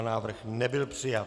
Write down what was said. Návrh nebyl přijat.